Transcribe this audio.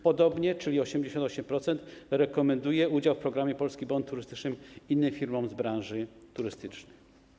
Podobnie 88% rekomenduje udział w programie Polski Bon Turystyczny innym firmom z branży turystycznej.